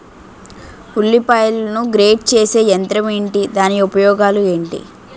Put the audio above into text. ఉల్లిపాయలను గ్రేడ్ చేసే యంత్రం ఏంటి? దాని ఉపయోగాలు ఏంటి?